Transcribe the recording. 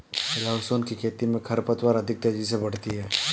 लहसुन की खेती मे खरपतवार अधिक तेजी से बढ़ती है